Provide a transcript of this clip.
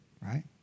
right